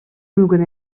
мүмкүн